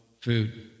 food